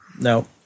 No